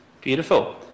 Beautiful